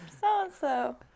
so-and-so